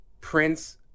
Prince